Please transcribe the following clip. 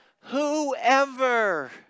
Whoever